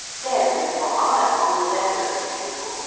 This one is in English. then, with your eye on the level of the table,